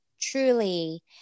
Truly